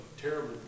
terrible